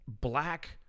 black